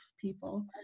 people